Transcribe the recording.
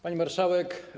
Pani Marszałek!